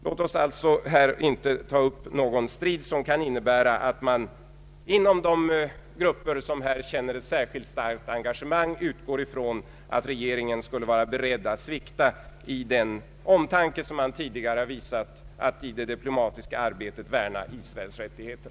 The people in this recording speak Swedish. Låt oss inte ta uppen strid som kan innebära att man inom de grupper som känner ett särskilt starkt engagemang utgår ifrån att regeringen skulle vara beredd att svikta i den omtanke som man tidigare visat att i det diplomatiska arbetet värna om Israels rättigheter.